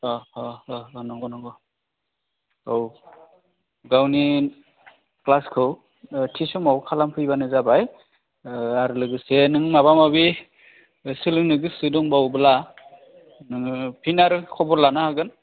अ अ नंगौ नंगौ औ गावनि क्लासखौ थि समाव खालामफैबानो जाबाय आरो लोगोसे नों माबा माबि सोलोंनो गोसो दंबावोब्ला नोङो फिन आरो खबर लानो हागोन